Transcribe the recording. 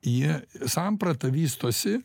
jie samprata vystosi